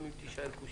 גם אם תישאל קושיה.